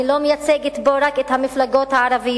אני לא מייצגת פה רק את המפלגות הערביות.